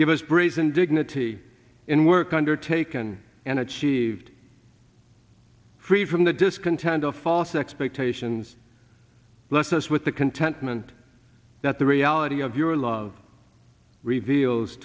give us brazen dignity in work undertaken and achieved free from the discontent of false expectations blessed us with the contentment that the reality of your love reveals